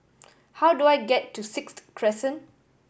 how do I get to Sixth Crescent